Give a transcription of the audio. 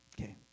Okay